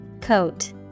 coat